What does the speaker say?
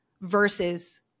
versus